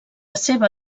seva